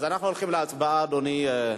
אנחנו הולכים להצבעה, אדוני.